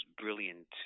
brilliant